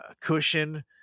cushion